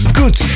good